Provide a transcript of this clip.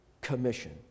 commission